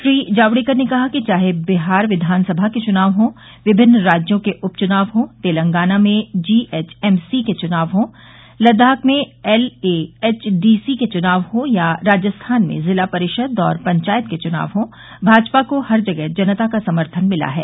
श्री जावडेकर ने कहा कि चाहे बिहार विधानसभा के चुनाव हों विमिन्न राज्यों के उप चुनाव हों तेलंगाना में जीएचएमसी के चुनाव हो लद्दाख में एलएएचडीसी के चुनाव हों या राजस्थान में जिला परिषद और पंचायत के च्नाव हो भाजपा को हर जगह जनता का समर्थन मिला है